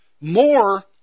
more